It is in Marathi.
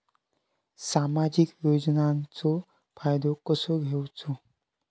सामाजिक योजनांचो फायदो कसो घेवचो?